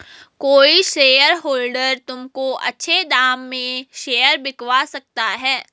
कोई शेयरहोल्डर तुमको अच्छे दाम में शेयर बिकवा सकता है